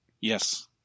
yes